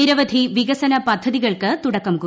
നിരവധി വികസന പദ്ധതികൾക്ക് തുടക്കം കുറിക്കും